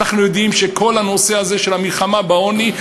אנחנו יודעים שכל הנושא הזה של המלחמה בעוני,